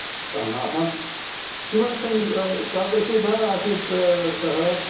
किमर्थं तादृशी न आसीत् सः